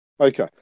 okay